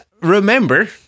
remember